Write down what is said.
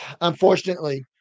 Unfortunately